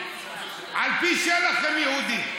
על פי שלח הם יהודים.